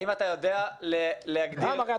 האם אתה יודע להגדיר לאן הם הולכים?